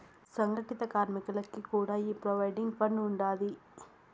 సంగటిత కార్మికులకి కూడా ఈ ప్రోవిడెంట్ ఫండ్ ఉండాది